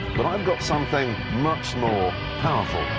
but i've got something much more powerful.